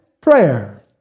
prayer